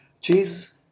Jesus